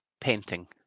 painting